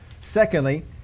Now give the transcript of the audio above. Secondly